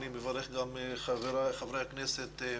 אני מברך גם את חבריי חברי הכנסת,